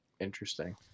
interesting